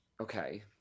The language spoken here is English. Okay